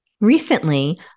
Recently